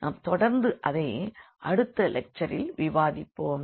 நாம் தொடர்ந்து அதை அடுத்த லெக்சரில் விவாதிப்போம்